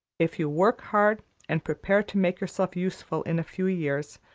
if you work hard and prepare to make yourself useful in a few years,